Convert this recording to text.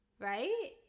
right